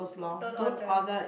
don't order